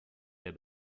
der